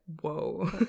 whoa